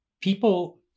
people